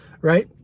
right